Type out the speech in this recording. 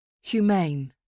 Humane